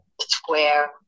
square